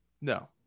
no